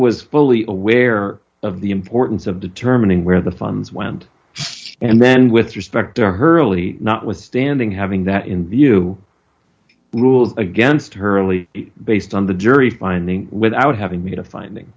was fully aware of the importance of determining where the funds went and then with respect to hurley notwithstanding having that in view rules against hurley based on the jury finding without having made a finding